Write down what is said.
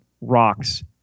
rocks